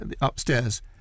upstairs